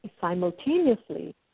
simultaneously